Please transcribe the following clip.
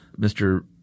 Mr